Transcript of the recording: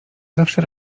zawsze